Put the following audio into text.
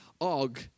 Og